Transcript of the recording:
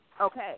okay